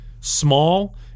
small